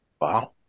Wow